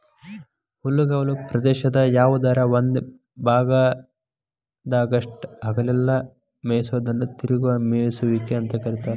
ಹುಲ್ಲುಗಾವಲ ಪ್ರದೇಶದ ಯಾವದರ ಒಂದ ಭಾಗದಾಗಷ್ಟ ಹಗಲೆಲ್ಲ ಮೇಯಿಸೋದನ್ನ ತಿರುಗುವ ಮೇಯಿಸುವಿಕೆ ಅಂತ ಕರೇತಾರ